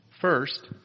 First